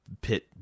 pit